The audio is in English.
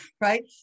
right